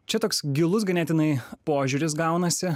čia toks gilus ganėtinai požiūris gaunasi